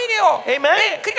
Amen